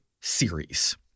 series